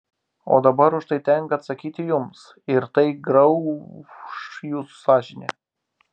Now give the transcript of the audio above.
o dabar už tai tenka atsakyti jums ir tai grauš jūsų sąžinę